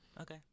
Okay